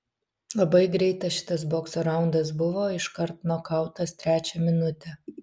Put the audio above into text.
labai greitas šitas bokso raundas buvo iškart nokautas trečią minutę